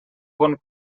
bon